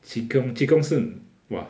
chee kiong chee kiong 是 !wah!